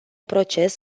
proces